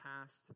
past